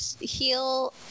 heal